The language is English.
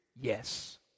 Yes